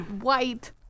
white